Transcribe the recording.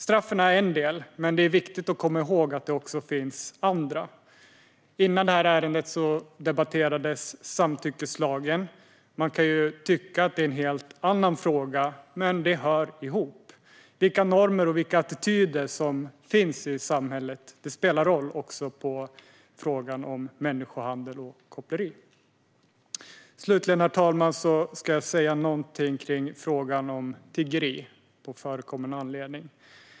Straffen är en del, men det är viktigt att komma ihåg att det även finns andra. Före detta ärende debatterades samtyckeslagen. Man kan tycka att detta är en helt annan fråga, men det hör ihop. Vilka normer och attityder som finns i samhället spelar roll även för frågan om människohandel och koppleri. Slutligen, herr talman, ska jag säga något om frågan om tiggeri, på förekommen anledning.